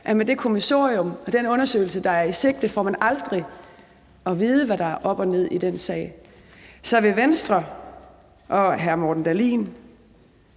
at med det kommissorium for den undersøgelse, der er i sigte, får man aldrig at vide, hvad der er op og ned i den sag. Så vil Venstre og hr. Morten Dahlin